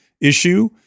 issue